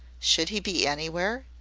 should he be anywhere?